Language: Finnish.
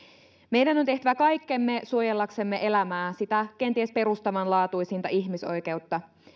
meidän on tehtävä kaikkemme suojellaksemme elämää sitä kenties perustavanlaatuisinta ihmisoikeutta